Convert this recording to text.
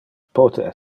pote